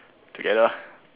together lah